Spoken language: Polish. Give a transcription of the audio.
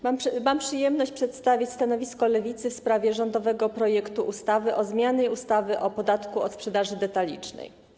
Mam przyjemność przedstawić stanowisko Lewicy w sprawie rządowego projektu ustawy o zmianie ustawy o podatku od sprzedaży detalicznej.